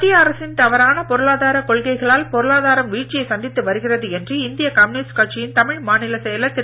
மத்திய அரசின் தவறான பொருளாதார கொள்கைகளால் பொருளாதாரம் வீழ்ச்சியை சந்தித்து வருகிறது என்று இந்திய கம்யூனிஸ்ட்டு கட்சியின் தமிழ் மாநில செயலர் திரு